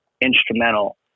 instrumental